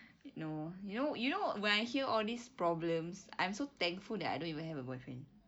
no you know you know when I hear all these problems I'm so thankful that I don't even have a boyfriend